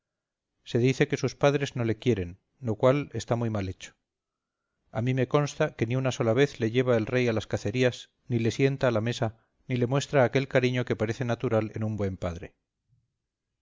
se dice que sus padres no le quieren lo cual está muy mal hecho a mí me consta que ni una sola vez le lleva el rey a las cacerías ni le sienta a la mesa ni le muestra aquel cariño que parece natural en un buen padre